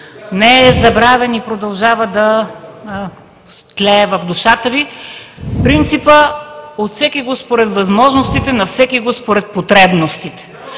не е забравен и продължава да тлее в душата Ви принципът: от всекиго според възможностите, на всекиго според потребностите,